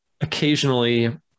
occasionally